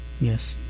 Yes